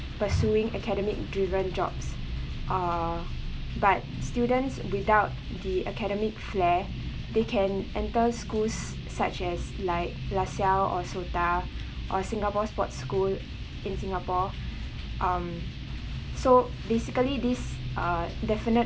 pursuing academic driven jobs uh but students without the academic flair they can enter schools such as like la salle or SOTA or singapore sports school in singapore um so basically these uh definite